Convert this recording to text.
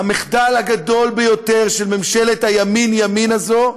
המחדל הגדול ביותר של ממשלת הימין-ימין הזאת,